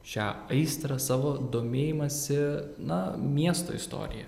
šią aistrą savo domėjimąsi na miesto istorija